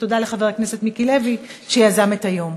ותודה לחבר הכנסת מיקי לוי, שיזם את היום.